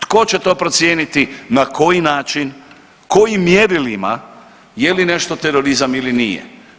Tko će to procijeniti na koji način, kojim mjerilima je li nešto terorizam ili nije.